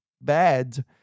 bad